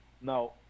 Now